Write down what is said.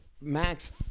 max